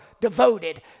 devoted